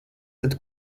tad